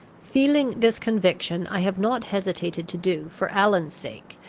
feeling this conviction, i have not hesitated to do, for allan's sake,